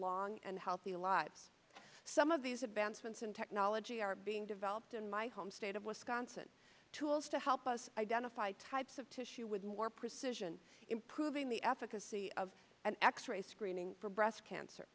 long and healthy lives some of these advancements in technology are being developed in my home state of wisconsin tools to help us identify types of tissue with more precision improving the efficacy of an x ray screening for breast cancer